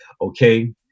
Okay